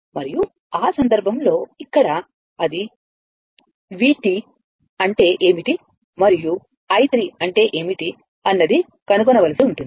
మరియు ఆ సందర్భంలో ఇక్కడ అది V1 అంటే ఏమిటి మరియు i3 అంటే ఏమిటి అన్నది కనుగొనవలసి ఉంటుంది